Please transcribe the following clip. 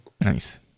nice